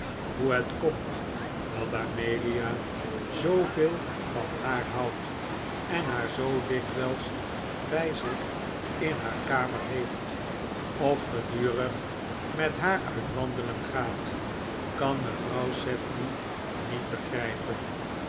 hoe het komt dat amelia zooveel van haar houdt en haar zoo dikwijls bij zich in haar kamer heeft of gedurig met haar uit wandelen gaat kan mevrouw sedley niet begrijpen